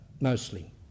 mostly